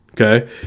okay